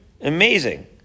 Amazing